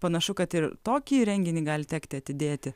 panašu kad ir tokį renginį gali tekti atidėti